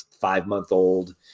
five-month-old